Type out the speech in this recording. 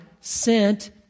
sent